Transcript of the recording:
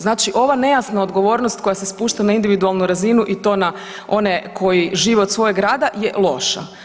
Znači ova nejasna odgovornost koja se spušta na individualnu razinu i to na one koji žive od svojeg rada je loš.